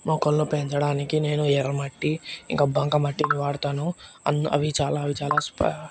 మొక్కలను పెంచడానికి నేను ఎర్రమట్టి ఇంకా బంకమట్టిని వాడతాను అన్ అవి చాలా అవి చాలా